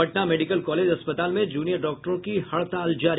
Patna medical college अस्पताल में junior डॉक्टरों की हड़ताल जारी